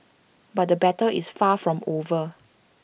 but the battle is far from over